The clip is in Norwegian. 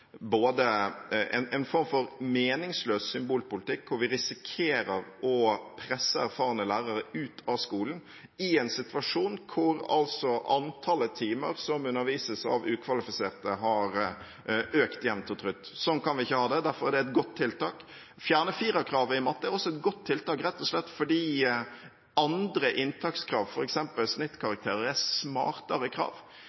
en form for meningsløs symbolpolitikk hvor man risikerer å presse erfarne lærere ut av skolen i en situasjon hvor antallet timer som undervises av ukvalifiserte, har økt jevnt og trutt. Sånn kan vi ikke ha det, derfor er det et godt tiltak. Å fjerne firerkravet i matte er også et godt tiltak, rett og slett fordi andre inntakskrav,